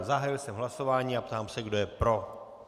Zahájil jsem hlasování a ptám se, kdo je pro.